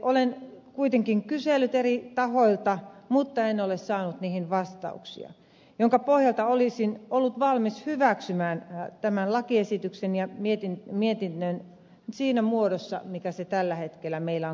olen kuitenkin kysellyt eri tahoilta mutta en ole saanut kysymyksiin vastauksia joiden pohjalta olisin ollut valmis hyväksymään tämän lakiesityksen ja mietinnön siinä muodossa mikä se tällä hetkellä meillä on käsittelyssä